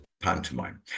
pantomime